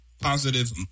positive